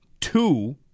two